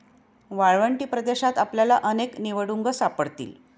वाळवंटी प्रदेशात आपल्याला अनेक निवडुंग सापडतील